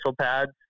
pads